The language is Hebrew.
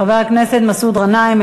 חבר הכנסת מסעוד גנאים,